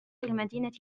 المدينة